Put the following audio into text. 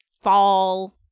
fall